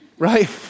Right